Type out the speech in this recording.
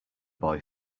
boy